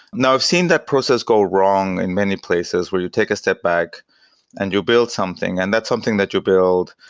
now, we've seen that process go wrong in many places where you take a step back and you build something, and that's something that you build,